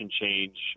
change